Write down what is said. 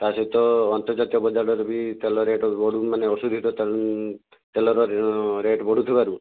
ତା' ସହିତ ଅନ୍ତର୍ଜାତୀୟ ବଜାରରେ ବି ତେଲ ରେଟ୍ ବି ବଢ଼ୁ ମାନେ ଅଶୋଧିତ ତେଲର ରେଟ୍ ବଢ଼ୁଥିବାରୁ